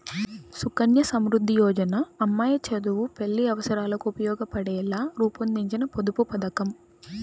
సుకన్య సమృద్ధి యోజన అమ్మాయి చదువు, పెళ్లి అవసరాలకు ఉపయోగపడేలా రూపొందించిన పొదుపు పథకం